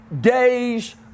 days